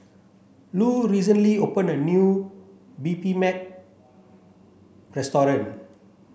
Lu recently opened a new Bibimbap